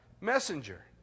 Messenger